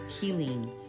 healing